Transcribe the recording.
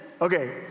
okay